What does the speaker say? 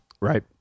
Right